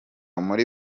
muri